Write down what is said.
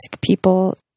people